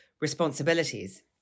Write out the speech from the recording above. responsibilities